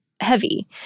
heavy